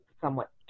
somewhat